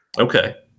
okay